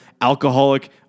alcoholic